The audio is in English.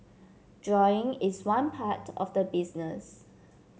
drawing is one part of the business